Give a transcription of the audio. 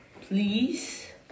Please